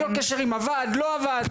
ללא קשר עם עבד, לא עבד.